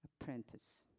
apprentice